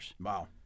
Wow